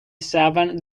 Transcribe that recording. seven